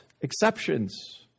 exceptions